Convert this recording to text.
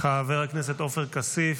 חבר הכנסת עופר כסיף,